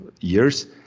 years